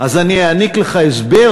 אז אני אתן לך הסבר